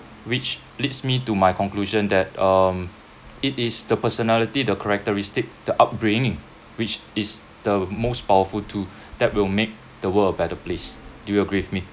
which leads me to my conclusion that um it is the personality the characteristic the upbringing which is the most powerful tool that will make the world a better place do you agree with me